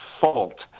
fault